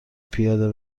پیاده